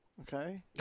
Okay